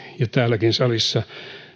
ja täälläkin salissa yksituumaisesti